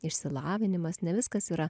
išsilavinimas ne viskas yra